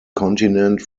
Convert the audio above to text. continent